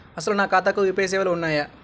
అసలు నా ఖాతాకు యూ.పీ.ఐ సేవలు ఉన్నాయా?